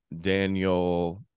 daniel